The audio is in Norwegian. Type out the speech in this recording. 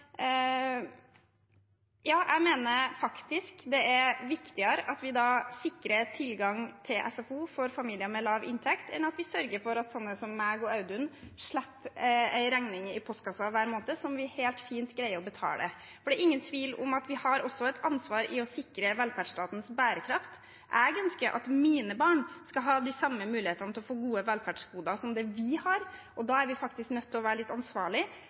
sånne som meg og Audun slipper en regning i postkassa hver måned som vi helt fint greier å betale. For det er ingen tvil om at vi også har et ansvar for å sikre velferdsstatens bærekraft. Jeg ønsker at mine barn skal ha de samme mulighetene til å få gode velferdsgoder som det vi har, og da er vi faktisk nødt til å være litt